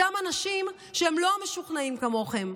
אותם אנשים שהם לא המשוכנעים כמוכם,